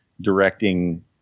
directing